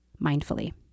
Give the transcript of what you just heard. mindfully